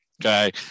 Okay